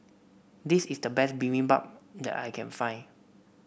this is the best Bibimbap that I can find